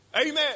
Amen